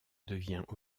devient